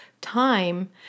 time